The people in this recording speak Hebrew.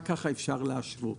רק כך אפשר להשוות,